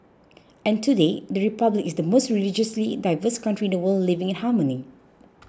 and today the Republic is the most religiously diverse country in the world living in harmony